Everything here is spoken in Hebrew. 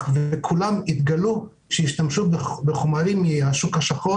אבל בכל המקרים השתמשו בחומרים מהשוק השחור